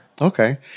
Okay